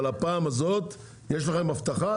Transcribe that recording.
אבל הפעם הזאת יש לכם הבטחה,